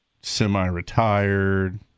semi-retired